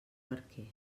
barquer